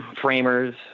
framers